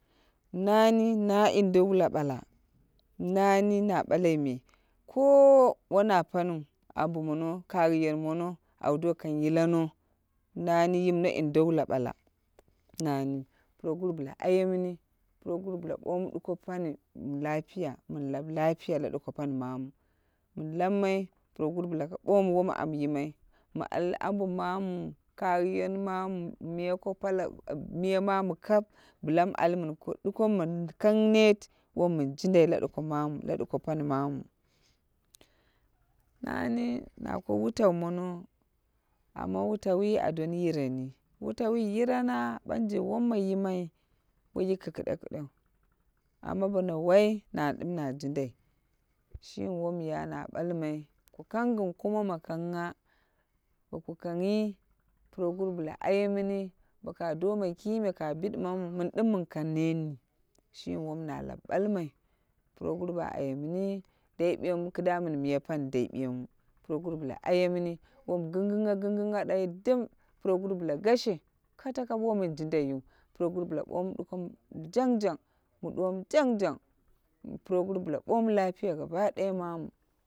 Nani na indo wula bala, nani na ɓalai me, koo wona paniu, ambo mono, kayiyan mono, au do kang yila no. Nani yimno indo wulabala. Nani, puroguru bla ayemini. Puroguru bla bomu duko pani mi lafiya. Min kau lapiya da duko pani mamu min lammai puroguru ka ɓoma wom ami yimai, mi al ambo mamu, kayiyan mamu, miya ko kala, miya mamu kap bla mi ali min kang net wom min jindai la duko mamu, la duko pani mamu. Nani na ko wutau mono amma wutau yi a don yireni. Wutau yi yirana banje woma yima wai yiki kiɗekiɗe. Amma bono wai na dim na jindai. K shimi womya na ɓalmai, ka kangyi gin kumo ma kangha. Boku kanghyi puroguru bla aye mini, boka doma kimi ka bidimamu min dim min kang netni. Shimi wom na lau balmai, puroguru ba ayemini dai biyemi kida min miya pani dai biyemu, puroguru bla ayemimi, wom gingingha gingingha dai dum puroguru bla gashe katakat wo min jindaiwu. Puroguru bla bomu duko mi jangjang, mi duwo mu jang jang, puroguru bla bomu lapiya gaba daya mamu.